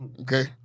okay